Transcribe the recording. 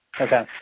Okay